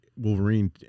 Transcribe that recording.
wolverine